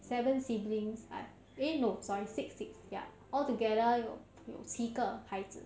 seven siblings I eh no sorry six six altogether 有有七个孩子